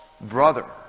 brother